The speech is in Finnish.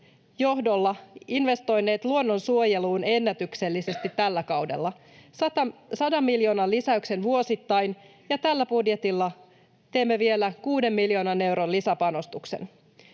johdolla investoineet luonnonsuojeluun ennätyksellisesti tällä kaudella: 100 miljoonan lisäyksen vuosittain, ja tällä budjetilla teemme vielä kuuden miljoonan euron lisäpanostuksen.